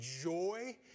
joy